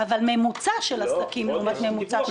אבל ממוצע של עסקים לעומת ממוצע של עסקים.